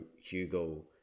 Hugo